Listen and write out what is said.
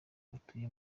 batuye